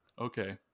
okay